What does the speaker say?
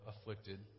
afflicted